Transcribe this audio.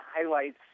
highlights